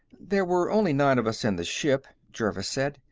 there were only nine of us in the ship, jervis said.